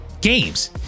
games